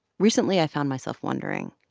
recently, i found myself wondering.